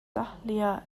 dahlia